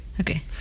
Okay